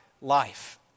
life